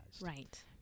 Right